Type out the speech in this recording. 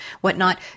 whatnot